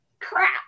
Crap